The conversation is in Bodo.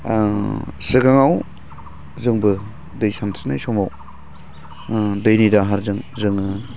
सिगाङाव जोंबो दै सानस्रिनाय समाव दैनि दाहारजों जोङो